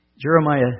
Jeremiah